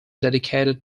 dedicated